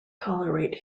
tolerate